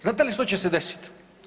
Znate li što će se desiti?